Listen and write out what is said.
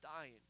dying